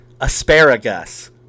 asparagus